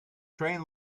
train